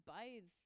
bathe